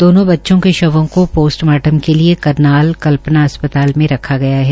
दोनों बच्चों के शवों को पास्टमार्टम के लिए करनाल कल्पना अस्पताल में रखा गया है